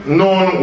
known